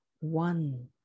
one